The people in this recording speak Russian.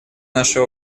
нашей